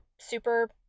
super